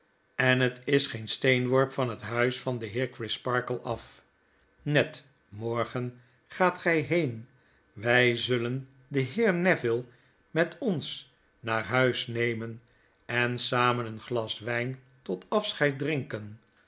en het is geen steenworp van het huis van den heercrisparkle af ned morgen gaat gij heen wy zullen den heer neville met ons naar huis nemen en samen een glas wyn tot afscheid drinken